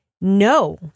No